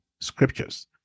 Scriptures